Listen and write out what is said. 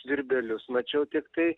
svirbelius mačiau tiktai